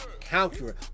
Counter